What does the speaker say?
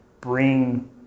bring